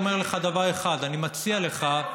אני רק אומר לך דבר אחד: אני מציע לך,